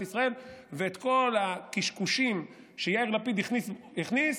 ישראל ואת כל הקשקושים שיאיר לפיד הכניס.